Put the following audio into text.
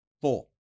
Four